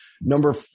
Number